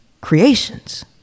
Creations